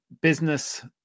business